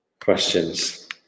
questions